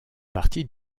partie